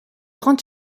grand